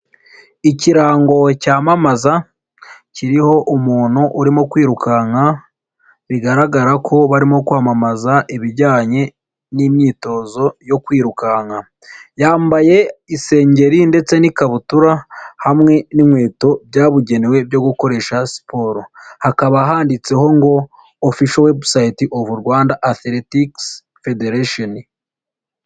Ikirango cyamamaza kiriho umuntu urimo kwirukanka bigaragara ko barimo kwamamaza ibijyanye n'imyitozo yo kwirukanka, yambaye isengeri ndetse n'ikabutura hamwe n'inkweto byabugenewe byo gukoresha siporo. Hakaba handitseho ngo Official website of Rwanda Athletics Federation.